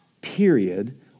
period